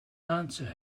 answer